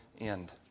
end